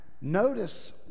notice